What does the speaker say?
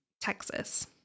Texas